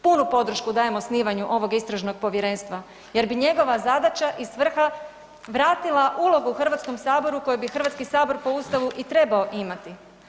Punu podršku dajem osnivanju ovog istražnog povjerenstva, jer bi njegova zadaća i svrha vratila ulogu Hrvatskom saboru koju bi Hrvatski sabor po Ustavu i trebao imati.